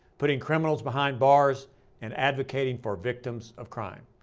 putting criminals behind bars and advocating for victims of crime.